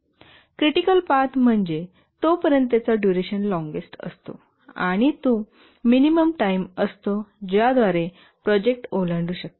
critical path म्हणजे तोपर्यंतचा duration longest असतो आणि तो मिनिमम टाईम असतो ज्याद्वारे प्रोजेक्ट ओलांडू शकतो